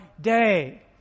day